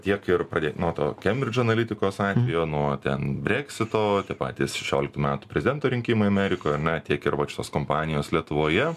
tiek ir pradėk nuo to kembridžo analitikos atvejo nuo ten breksito tie patys šešioliktų metų prezidento rinkimai amerikoj ane tiek ir vat šitos kompanijos lietuvoje